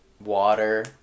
water